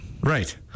Right